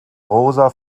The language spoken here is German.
rosa